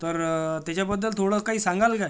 तर त्याच्याबद्दल थोडं काही सांगाल काय